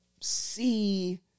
see